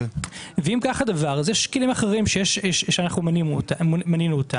ואם כך הדבר, יש כלים אחרים שמנינו אותם,